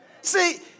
See